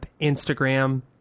Instagram